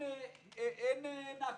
אין נכבה,